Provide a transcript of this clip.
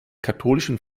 katholischen